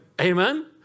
Amen